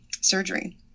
surgery